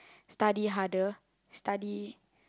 study harder